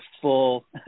full